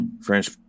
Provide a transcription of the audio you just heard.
french